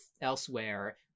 elsewhere